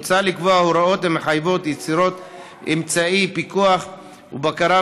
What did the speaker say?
מוצע לקבוע הוראות המחייבות יצירת אמצעי פיקוח ובקרה,